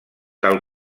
tal